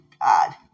God